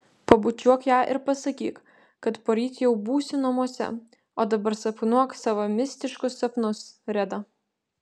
pabučiuok ją ir pasakyk kad poryt jau būsiu namuose o dabar sapnuok savo mistiškus sapnus reda